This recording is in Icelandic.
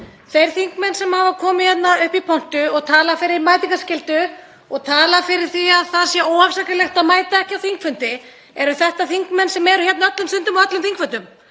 Þeir þingmenn sem hafa komið hér upp í pontu og talað fyrir mætingarskyldu og talað fyrir því að það sé óafsakanlegt að mæta ekki á þingfundi — eru þetta þingmenn sem eru öllum stundum á öllum þingfundum?